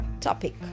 topic